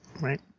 Right